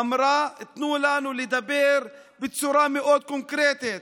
היא אמרה: תנו לנו לדבר בצורה מאוד קונקרטית.